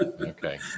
okay